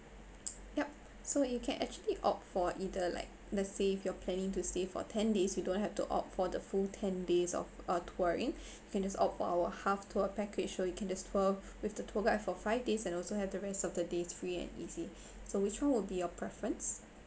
yup so you can actually opt for either like let's say if you're planning to stay for ten days you don't have to opt for the full ten days of uh touring you can just opt for our half tour package or you can just tour with the tour guide for five days and also have the rest of the days free and easy so which one will be your preference